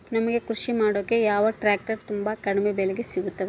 ನಮಗೆ ಕೃಷಿ ಮಾಡಾಕ ಯಾವ ಟ್ರ್ಯಾಕ್ಟರ್ ತುಂಬಾ ಕಡಿಮೆ ಬೆಲೆಗೆ ಸಿಗುತ್ತವೆ?